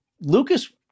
Lucas